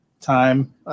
time